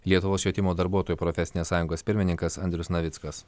lietuvos švietimo darbuotojų profesinės sąjungos pirmininkas andrius navickas